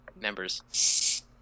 members